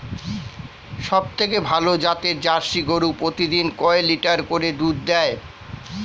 সবথেকে ভালো জাতের জার্সি গরু প্রতিদিন কয় লিটার করে দুধ দেয়?